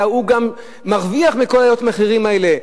אלא הוא גם מרוויח מכל עליות המחירים האלה,